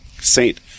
saint